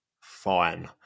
fine